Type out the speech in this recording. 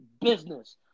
business